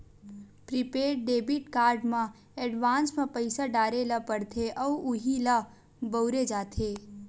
prepaid debit card म advance म पइसा डारे ल परथे अउ उहीं ल बउरे जाथे